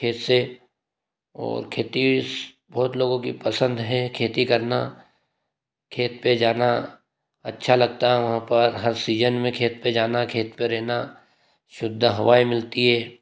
कैसे और खेती बहुत लोगों की पसंद है खेती करना खेत पे जाना अच्छा लगता है वहाँ पर हर सीजन में खेत पे जाना खेत पे रहना शुद्ध हवाएं मिलती है